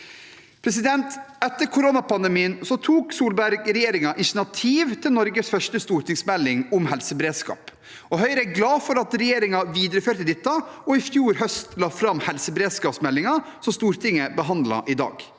Etter koronapandemien tok Solberg-regjeringen initiativ til Norges første stortingsmelding om helsebe redskap. Høyre er glad for at regjeringen videreførte dette og i fjor høst la fram helseberedskapsmeldingen, som Stortinget behandler i dag.